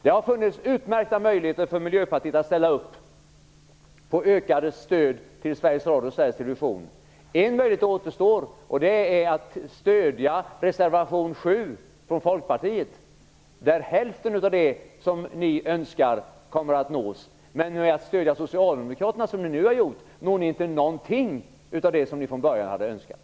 Det har funnits utmärkta möjligheter för Miljöpartiet att ställa upp på ökat stöd till Sveriges En möjlighet återstår, nämligen att stödja reservation 7 från Folkpartiet. Därigenom skulle hälften av det som ni önskar uppnås. Genom att stödja Socialdemokraterna som ni nu har gjort uppnår ni inte någonting av det som ni från början hade önskat.